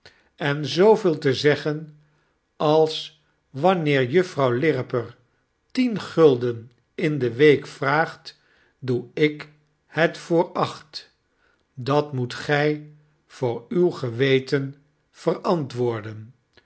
en zoo veel te zeggen als wanneer juffrouw lirriper tien gulden in de week vraagt dae ik het voor acht dat moet gij voor uw geweten verantwoorden